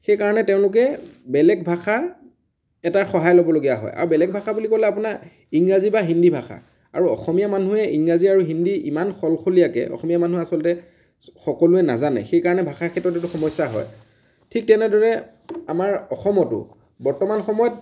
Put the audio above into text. সেইকাৰণে তেওঁলোকে বেলেগ ভাষা এটাৰ সহায় ল'বলগীয়া হয় আৰু বেলেগ ভাষা বুলি ক'লে আপোনাৰ ইংৰাজী বা হিন্দী ভাষা আৰু অসমীয়া মানুহে ইংৰাজী আৰু হিন্দী ইমান সলসলীয়াকে অসমীয়া মানুহে আচলতে সকলোৱে নাজানে সেইকাৰণে ভাষাৰ ক্ষেত্ৰত এইটো সমস্য়া হয় ঠিক তেনেদৰে আমাৰ অসমতো বৰ্তমান সময়ত